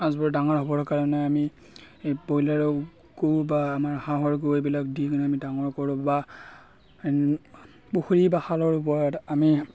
মাছবোৰ ডাঙৰ হ'বৰ কাৰণে আমি ব্ৰইলাৰৰ গু বা আমাৰ হাঁহৰ গু এইবিলাক দি কিনে আমি ডাঙৰ কৰোঁ বা পুখুৰী বা খালৰ পৰা আমি